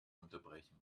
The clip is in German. unterbrechen